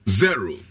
zero